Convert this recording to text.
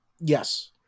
Yes